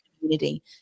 community